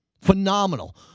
Phenomenal